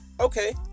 Okay